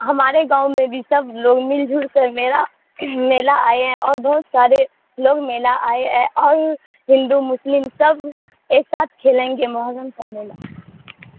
ہمارے گاؤں میں بھی سب لوگ مل جل کے میلہ میلہ آئے ہیں اور بہت سارے لوگ میلہ آئے ہیں اور ہندو مسلم سب ایک ساتھ کھیلیں گے محرم کا میلہ